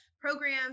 programs